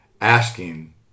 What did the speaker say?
asking